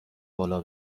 بالا